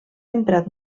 emprat